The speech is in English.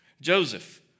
Joseph